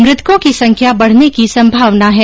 मृतकों की संख्या बढने की संभावना है